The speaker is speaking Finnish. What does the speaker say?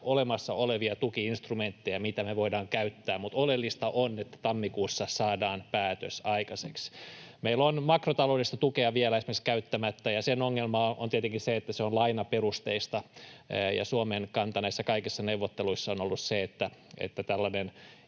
olemassa olevia tuki-instrumentteja, mitä me voidaan käyttää. Mutta oleellista on, että tammikuussa saadaan päätös aikaiseksi. Meillä on esimerkiksi makrotaloudellista tukea vielä käyttämättä. Sen ongelma on tietenkin se, että se on lainaperusteista, ja Suomen kanta näissä kaikissa neuvotteluissa on ollut se, että tällaisen